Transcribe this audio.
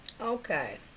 Okay